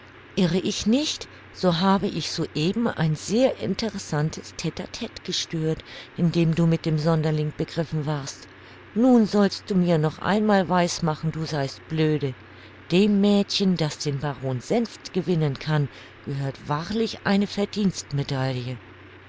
irre ich nicht so habe ich so eben ein sehr interessantes tte tte gestört in dem du mit dem sonderling begriffen warst nun sollst du mir noch einmal weiß machen du seist blöde dem mädchen das den baron senft gewinnen kann gehört wahrlich eine verdienstmedaille